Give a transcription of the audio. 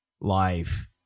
life